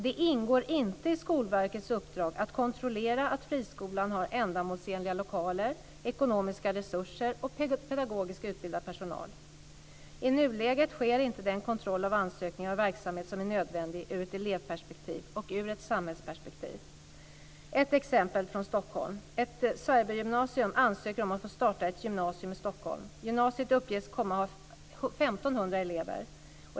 Det ingår inte i Skolverkets uppdrag att kontrollera att friskolan har ändamålsenliga lokaler, ekonomiska resurser och pedagogiskt utbildad personal. I nuläget sker inte den kontroll av ansökningar om verksamhet som är nödvändig ur ett elevperspektiv och ur ett samhällsperspektiv. Ett exempel från Stockholm: Ett cybergymnasium ansöker om att få starta ett gymnasium i Stockholm. Gymnasiet uppges komma att ha 1 500 elever.